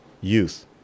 youth